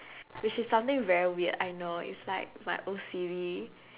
which is something very weird I know it's like my O_C_D